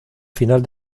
final